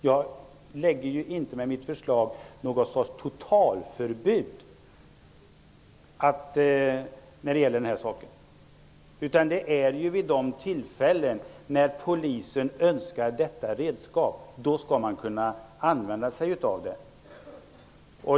Mitt förslag innebär inte något totalförbud. Vid de tillfällen när polisen önskar detta redskap skall man kunna använda sig av det.